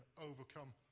overcome